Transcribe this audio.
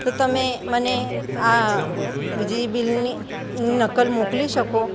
તો તમે મને આ વીજળી બિલની નકલ મોકલી શકો